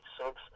subs